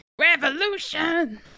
Revolution